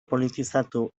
politizatu